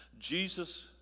Jesus